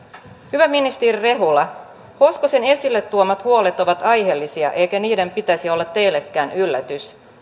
hyvä ministeri rehula hoskosen esille tuomat huolet ovat aiheellisia eikä niiden pitäisi olla teillekään yllätys